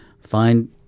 find